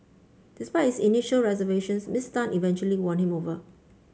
despite his initial reservations Miss Tan eventually won him over